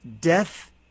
Death